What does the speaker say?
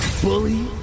Bully